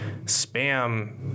spam